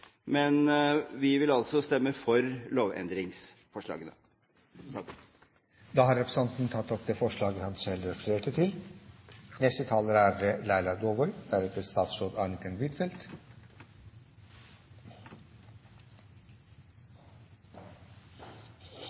men vi vil altså stemme for lovendringsforslagene. Representanten Olemic Thommessen har tatt opp det forslaget han refererte til.